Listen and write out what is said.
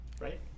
right